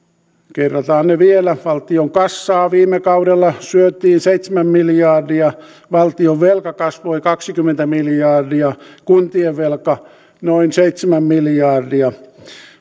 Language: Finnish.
kerrataan nyt vielä valtion kassaa viime kaudella syötiin seitsemän miljardia valtion velka kasvoi kaksikymmentä miljardia kuntien velka noin seitsemän miljardia